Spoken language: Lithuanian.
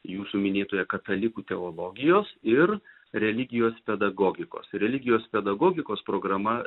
jūsų minėtoje katalikų teologijos ir religijos pedagogikos religijos pedagogikos programa